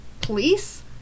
police